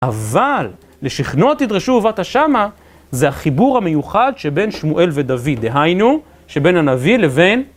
אבל "לשכנו תדרשו ובאת שמה"- זה החיבור המיוחד שבין שמואל ודוד. דהיינו, שבין הנביא לבין